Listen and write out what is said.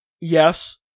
Yes